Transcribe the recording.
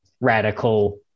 radical